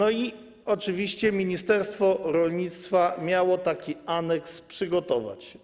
Oczywiście, ministerstwo rolnictwa miało taki aneks przygotować.